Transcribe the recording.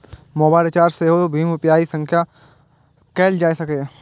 mobile recharge सेहो भीम UPI सं कैल जा सकैए